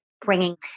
Bringing